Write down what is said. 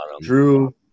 Drew